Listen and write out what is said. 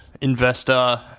investor